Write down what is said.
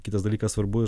kitas dalykas svarbu